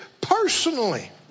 personally